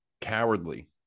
cowardly